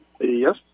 Yes